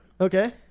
Okay